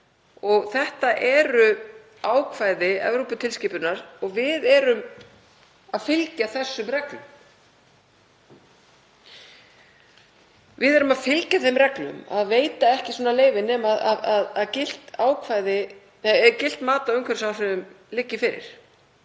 Þetta eru ákvæði Evróputilskipunar og við erum að fylgja þessum reglum. Við erum að fylgja þeim reglum að veita ekki svona leyfi nema gilt mat á umhverfisáhrifum liggi fyrir.